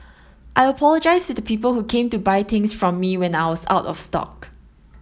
I apologise to the people who came to buy things from me when I was out of stock